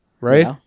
right